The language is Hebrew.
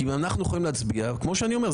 אם אנחנו יכולים להצביע - כמו שאני אומר,